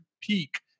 peak